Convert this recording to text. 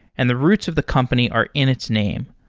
and the roots of the company are in its name.